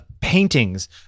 paintings